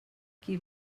qui